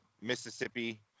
Mississippi